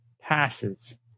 passes